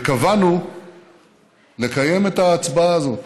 וקבענו לקיים את ההצבעה הזאת,